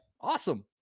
Awesome